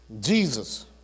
Jesus